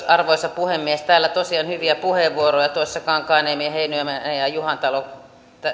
arvoisa puhemies täällä oli tosiaan hyviä puheenvuoroja tuossa kankaanniemi heinonen ja juhantalo